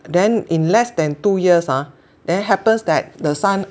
then in less than two years ah then happens that the son